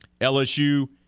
LSU